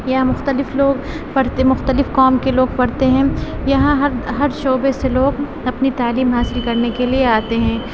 یا مختلف لوگ پڑھتے مختلف قوم کے لوگ پڑھتے ہیں یہاں ہر ہر شعبے سے لوگ اپنی تعلیم حاصل کرنے کے لیے آتے ہیں